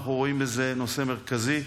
אנחנו רואים בזה נושא מרכזי,